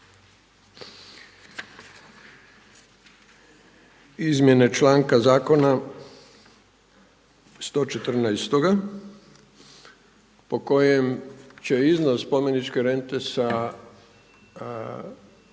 izmjene članka zakona 114. po kojem će iznos spomeničke rente sa, od 1 do 7 kuna po